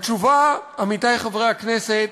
התשובה, עמיתי חברי הכנסת,